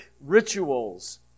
rituals